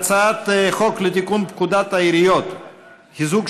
הצעת חוק לתיקון פקודת העיריות (חיזוק